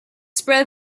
spread